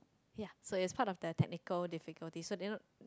ya so it is part of their technically difficulties so they don't